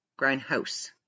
Grindhouse